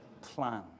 plan